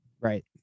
Right